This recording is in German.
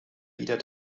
wieder